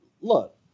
look